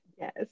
Yes